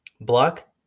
block